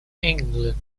england